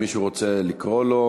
אם מישהו רוצה לקרוא לו,